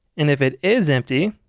and if it is empty